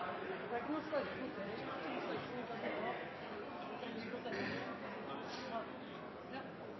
stort spørsmål å svare på